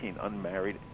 unmarried